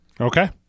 Okay